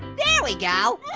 there we go.